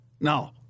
No